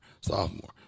sophomore